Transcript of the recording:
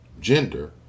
Gender